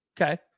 Okay